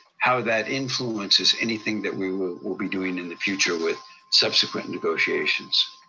how that influences anything that we will will be doing in the future with subsequent negotiations.